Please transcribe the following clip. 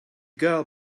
girl